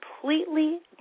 completely